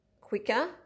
quicker